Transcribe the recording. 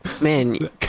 Man